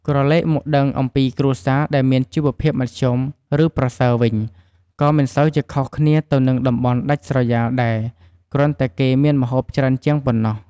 ក្រឡែកមកដឹងអំពីគ្រួសារដែលមានជីវភាពមធ្យមឬប្រសើរវិញ ក៏មិនសូវជាខុសគ្នាទៅនឹងតំបន់ដាច់ស្រយាលដែរគ្រាន់តែគេមានម្ហូបច្រើនជាងប៉ុណ្ណោះ។